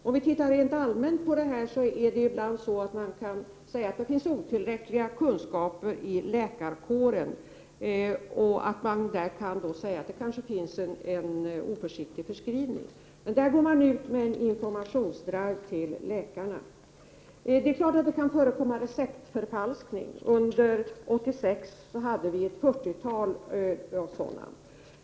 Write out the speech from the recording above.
Om man rent allmänt ser på problemet, kan man säga att kunskaperna inom läkarkåren ibland är otillräckliga och att det kanske förekommer en oförsiktig förskrivning. Därför går man ut med en informationsdrive till läkarna. Det är klart att det kan förekomma receptförfalskning. Under 1986 hade vi ett fyrtiotal sådana fall.